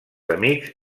amics